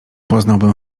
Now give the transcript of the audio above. poznałbym